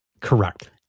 correct